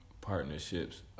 partnerships